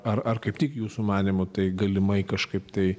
ar ar kaip tik jūsų manymu tai galimai kažkaip tai